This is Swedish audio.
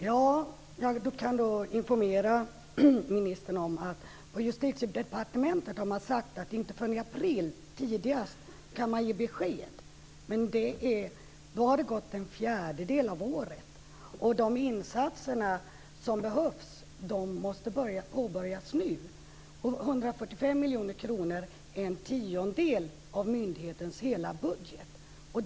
Fru talman! Jag kan informera ministern om att man har sagt på Justitiedepartementet att man inte kan ge besked förrän tidigast i april. Men då har det gått en fjärdedel av året, och de insatser som behövs måste påbörjas nu! 145 miljoner kronor är en tiondel av myndighetens hela budget.